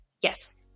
yes